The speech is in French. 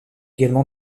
également